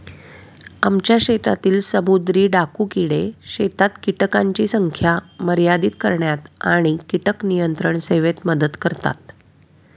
आमच्या शेतातील समुद्री डाकू किडे शेतात कीटकांची संख्या मर्यादित करण्यात आणि कीटक नियंत्रण सेवेत मदत करतात